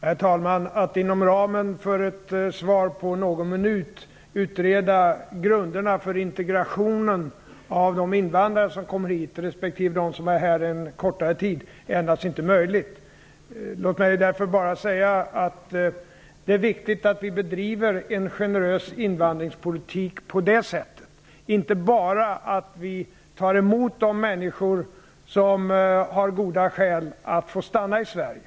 Herr talman! Att inom ramen för ett svar på någon minut utreda grunderna för integrationen av de invandrare som kommer hit respektive de som är här en kortare tid är naturligtvis inte möjligt. Låt mig därför bara säga att det är viktigt att vi bedriver en generös invandringspolitik på det sättet och att vi inte bara tar emot de människor som har goda skäl att få stanna i Sverige.